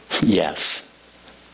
yes